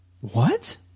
What